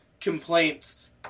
complaints